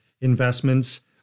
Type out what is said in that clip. investments